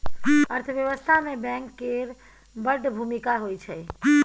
अर्थव्यवस्था मे बैंक केर बड़ भुमिका होइ छै